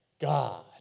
God